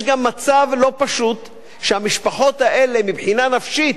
יש גם מצב לא פשוט שהמשפחות האלה, מבחינה נפשית,